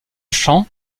chant